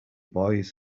boys